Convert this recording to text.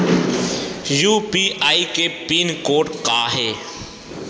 UPI के pin code का हे?